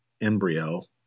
embryo